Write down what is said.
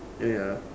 uh ya